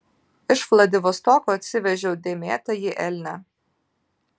iš vladivostoko atsivežiau dėmėtąjį elnią